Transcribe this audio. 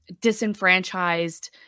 disenfranchised